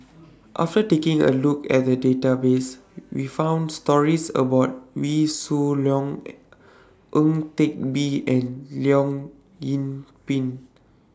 after taking A Look At The Database We found stories about Wee Shoo Leong Ang Teck Bee and Leong Yoon Pin